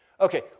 Okay